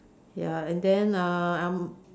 ya and then uh I'm